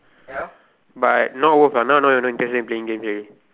but not worth lah now no no intention playing games already